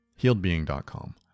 Healedbeing.com